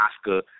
Oscar